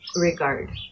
regard